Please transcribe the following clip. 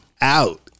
out